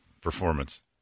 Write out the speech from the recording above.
performance